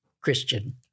Christian